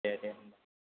दे दे होमबा